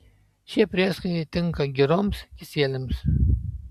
šie prieskoniai tinka giroms kisieliams